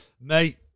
mate